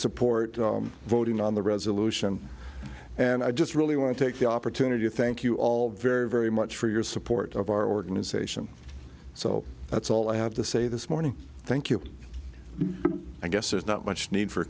support voting on the resolution and i just really want to take the opportunity to thank you all very very much for your support of our organization so that's all i have to say this morning thank you i guess there's not much need for